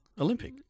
Olympic